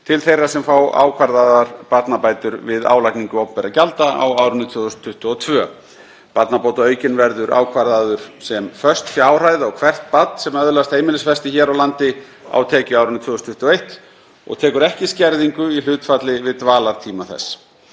til þeirra sem fá ákvarðaðar barnabætur við álagningu opinberra gjalda á árinu 2022. Barnabótaaukinn verður ákvarðaður sem föst fjárhæð á hvert barn sem öðlast heimilisfesti hér á landi á tekjuárinu 2021 og tekur ekki skerðingu í hlutfalli við dvalartíma þess.